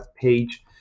page